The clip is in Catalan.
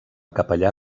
capellà